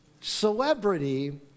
Celebrity